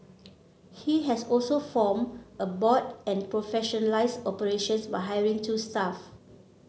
he has also formed a board and professionalised operations by hiring two staff